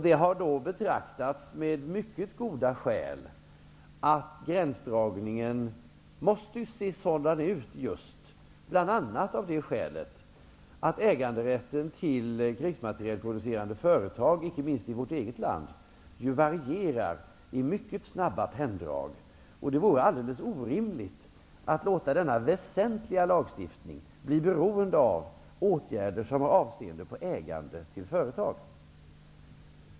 Det har ansetts, med mycket goda skäl, att gränsdragningen måste se ut på det här sättet, bl.a. av den anledningen att äganderätten beträffande krigsmaterielproducerande företag, icke minst i vårt eget land, varierar -- det är fråga om mycket snabba penndrag. Det vore alldeles orimligt att låta denna väsentliga lagstiftning bli beroende av åtgärder med avseende på ägandet av företag.